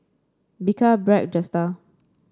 Bika Bragg Jetstar